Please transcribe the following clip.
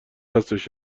هستش